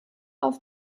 auf